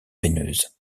veineuse